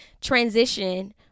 transition